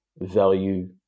value